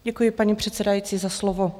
Děkuji, paní předsedající, za slovo.